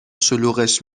شلوغش